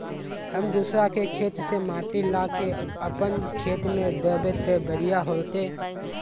हम दूसरा के खेत से माटी ला के अपन खेत में दबे ते बढ़िया होते?